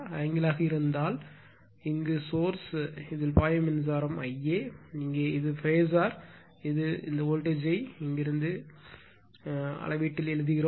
ஆங்கிளாக இருந்தால் இதன் சோர்ஸ் பாயும் மின்சாரம் Ia இங்கே இது பேசர் இது இந்த வோல்டேஜ் யை இங்கிருந்து இங்கே வோல்டேஜ் அளவீட்டில் எழுதுகிறோம்